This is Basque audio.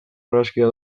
argazkia